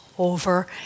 Over